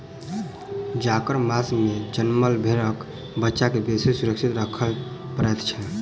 जाड़क मास मे जनमल भेंड़क बच्चा के बेसी सुरक्षित राखय पड़ैत छै